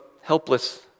helpless